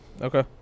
Okay